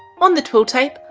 on the twill tape,